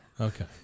Okay